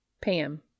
Pam